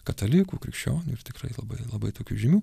katalikų krikščionių ir tikrai labai labai tokių žymių